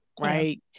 Right